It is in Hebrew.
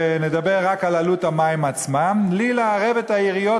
ונדבר רק על עלות המים עצמם, בלי לערב את העיריות.